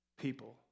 people